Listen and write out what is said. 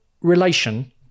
relation